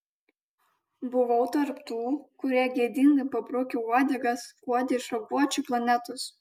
buvau tarp tų kurie gėdingai pabrukę uodegas skuodė iš raguočių planetos